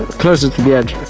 closer to the edge.